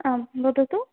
आम् वदतु